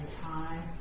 time